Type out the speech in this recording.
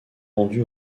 rendu